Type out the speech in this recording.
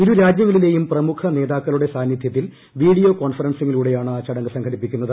ഇരുരാജ്യങ്ങളിലെയും പ്രമുഖ നേതാക്കളുടെ സാന്നിധ്യത്തിൽ വീഡിയോ കോൺഫറൻസിങ്ങിലൂടെയാണ് ചടങ്ങ് സംഘടിപ്പിക്കുന്നത്